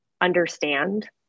understand